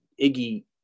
Iggy